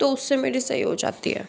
तो उससे मेरी सही हो जाती है